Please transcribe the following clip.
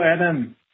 Adam